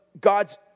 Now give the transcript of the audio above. God's